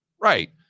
right